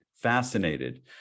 fascinated